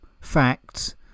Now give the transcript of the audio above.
facts